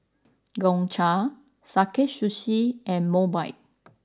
Gongcha Sakae Sushi and Mobike